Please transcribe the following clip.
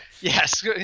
Yes